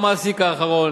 למעסיק האחרון,